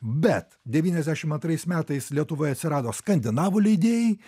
bet devyniasdešim antrais metais lietuvoje atsirado skandinavų leidėjai